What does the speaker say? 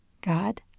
God